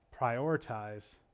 prioritize